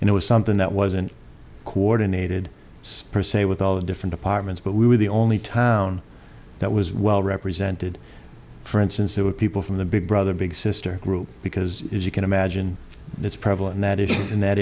and it was something that wasn't coordinated spur say with all the different departments but we were the only town that was well represented for instance there were people from the big brother big sister group because as you can imagine it's prevalent that it is in that